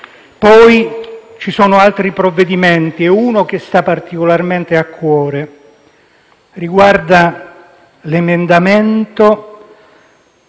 sono poi altri provvedimenti ed uno che sta particolarmente a cuore riguarda l'emendamento